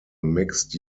mixed